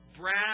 Brad